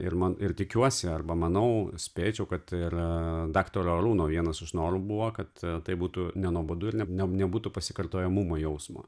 ir man ir tikiuosi arba manau spėčiau kad ir daktaro arūno vienas iš norų buvo kad tai būtų nenuobodu ir ne nebūtų pasikartojamumo jausmo